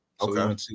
Okay